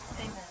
amen